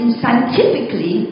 scientifically